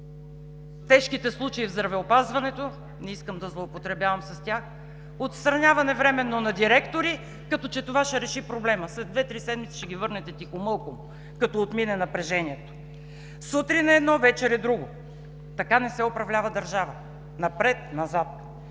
тежките случаи в здравеопазването – не искам да злоупотребявам с тях – отстраняване временно на директори, като че това ще реши проблема. След две-три седмици ще ги върнете тихомълком, като отмине напрежението. Сутрин – едно, вечер е друго. Така не се управлява държава – напред, назад.